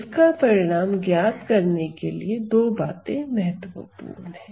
इसका परिणाम ज्ञात करने के लिए दो बातें महत्वपूर्ण है